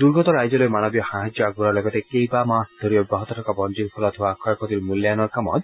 দুৰ্গত ৰাইজলৈ মানৱীয় সাহায্য আগবঢ়োৱাৰ লগতে কেইবামাহ ধৰি অব্যাহত থকা বনজুইৰ ফলত হোৱা ক্ষয় ক্ষতিৰ মূল্যায়নৰ কামত